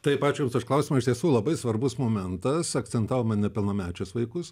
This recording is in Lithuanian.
taip ačiū jums už klausimą iš tiesų labai svarbus momentas akcentavome nepilnamečius vaikus